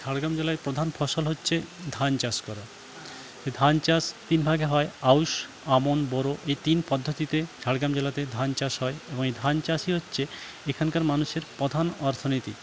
ঝাড়গ্রাম জেলায় প্রধান ফসল হচ্ছে ধান চাষ করা ধান চাষ তিন ভাগে হয় আউষ আমন বোরো এই তিন পদ্ধতিতে ঝাড়গ্রাম জেলাতে ধান চাষ হয় এবং এই ধান চাষই হচ্ছে এখানকার মানুষের প্রধান অর্থনীতি